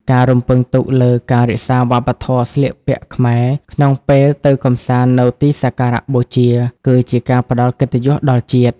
ការរំពឹងទុកលើ "ការរក្សាវប្បធម៌ស្លៀកពាក់ខ្មែរ" ក្នុងពេលទៅកម្សាន្តនៅទីសក្ការៈបូជា គឺជាការផ្ដល់កិត្តិយសដល់ជាតិ។